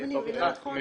אם אני מבינה נכון,